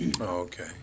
Okay